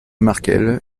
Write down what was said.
markel